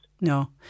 No